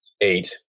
Eight